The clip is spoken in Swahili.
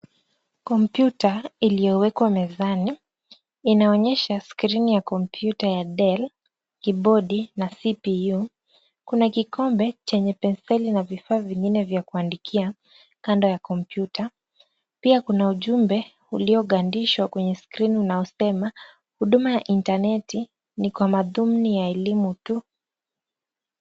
Kompyuta iliyowekwa mezani inaonyesha skrini ya kompyuta ya Dell, kibodi na CPU. Kuna kikombe chenye penseli na vifaa vingine vya kuandikia, kando ya kompyuta, pia kuna ujumbe uliogandishwa kwenye skrini unaosema Huduma ya Intaneti ni kwa madhumuni ya elimu tu.